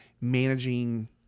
managing